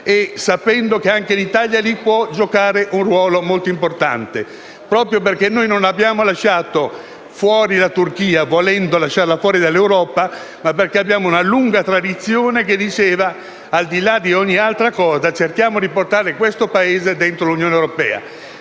sapendo che anche l'Italia lì può giocare un ruolo molto importante, proprio perché noi non abbiamo lasciato la Turchia fuori dall'Europa volendocela lasciare e abbiamo una lunga tradizione tendente, al di là di ogni altra cosa, a cercare di portare questo Paese dentro l'Unione europea.